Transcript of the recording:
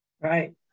right